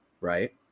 right